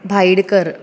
Bhaidkar